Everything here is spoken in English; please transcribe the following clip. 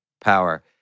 power